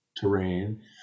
terrain